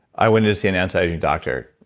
i went to see an anti-aging doctor.